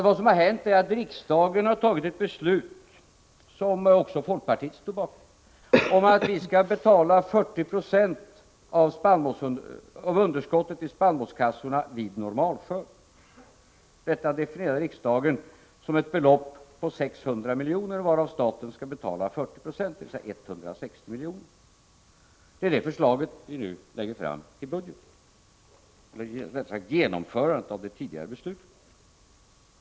Vad som har hänt är att riksdagen har fattat ett beslut, som också folkpartiet stod bakom, om att vi skall betala 40 26 av underskottet i spannmålskassorna vid normalskörd. Detta definierade riksdagen som ett belopp på 600 miljoner, varav staten skall betala 40 96. I budgeten lägger vi nu fram ett förslag om genomförande av det beslutet.